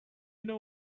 know